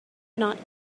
not